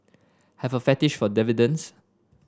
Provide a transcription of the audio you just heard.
have a fetish for dividends